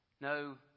No